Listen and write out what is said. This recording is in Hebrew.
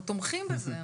אנחנו תומכים בזה.